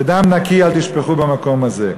ודם נקי אל תשפכו במקום הזה,